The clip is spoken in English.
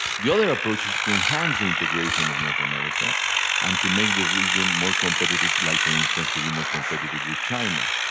the other approach is to enhance the integration of north america and to make the region more competitive. like, for instance, to be more competitive with china.